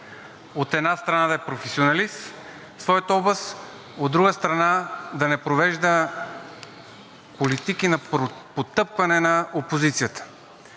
от една страна, да е професионалист в своята област, а от друга страна – да не провежда политики на потъпкване на опозицията.